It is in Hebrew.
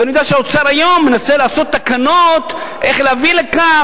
ואני יודע שהאוצר היום מנסה לעשות תקנות איך להביא לכך